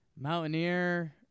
Mountaineer